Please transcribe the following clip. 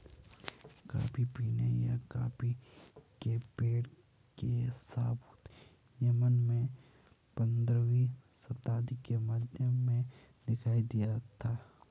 coffee पीने या coffee के पेड़ के सबूत यमन में पंद्रहवी शताब्दी के मध्य में दिखाई दिया था